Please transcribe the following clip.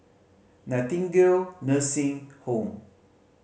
Nightingale Nursing Home